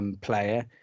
player